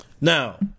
Now